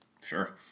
Sure